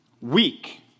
Weak